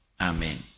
Amen